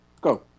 go